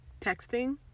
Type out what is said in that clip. texting